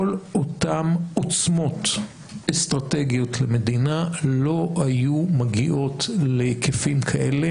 כל אותן עוצמות אסטרטגיות למדינה לא היו מגיעות להיקפים כאלה